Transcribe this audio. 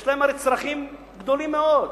יש להם הרי צרכים גדולים מאוד.